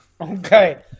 Okay